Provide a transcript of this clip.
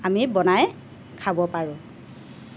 আমি বনাই খাব পাৰোঁ